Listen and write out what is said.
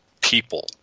people